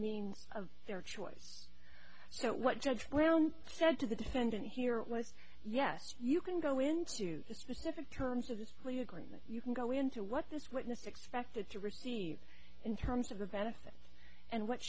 means of their choice so what judge brown said to the defendant here was yes you can go into the specific terms of this plea agreement you can go into what this witness expected to receive in terms of the benefits and what